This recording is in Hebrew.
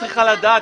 היא לא צריכה לדעת.